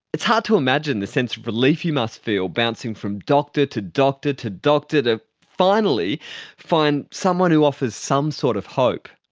it's hard to imagine the sense of relief you must feel, bouncing from doctor to doctor to doctor, to finally find someone who offers some sort of hope.